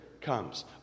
comes